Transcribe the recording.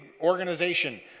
organization